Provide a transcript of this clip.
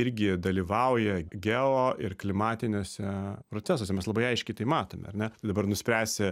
irgi dalyvauja geo ir klimatiniuose procesuose mes labai aiškiai tai matome ar ne dabar nuspręsi